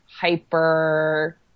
hyper